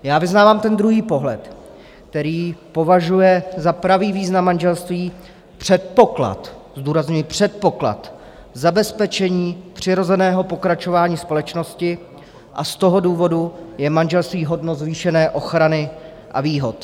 Já vyznávám ten druhý pohled, který považuje za pravý význam manželství předpoklad, zdůrazňuji, předpoklad zabezpečení přirozeného pokračování společnosti, a z toho důvodu je manželství hodno zvýšené ochrany a výhod.